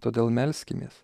todėl melskimės